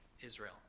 Israel